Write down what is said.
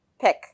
pick